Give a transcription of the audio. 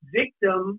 victim